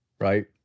right